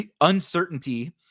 uncertainty